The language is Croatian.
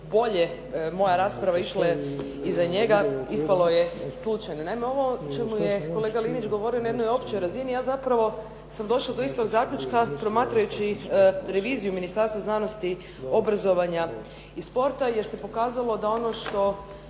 bolje moja rasprava išla iza njega, ispalo je slučajno. Naime, ovo o čemu je kolega Linić govorio na jednoj općoj razini, ja zapravo sam došla do istog zaključka promatrajući reviziju Ministarstva znanosti, obrazovanja i sporta jer se pokazalo da ono što,